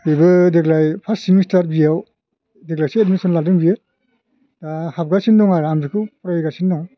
बेबो देग्लाय पार्स सेमिस्तार बि ए आव देग्लायसो एडमिसन लादों बियो दा हाबगासिनो दं आरो आं बेखौ फरायहोगासि दं